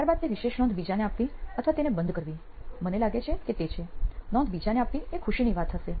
ત્યાર બાદ તે વિશેષ નોંધ બીજાને આપવી અથવા તેને બંધ કરવી મને લાગે છે કે તે છે નોંધ બીજાને આપવી એ ખુશીની વાત હશે